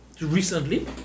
recently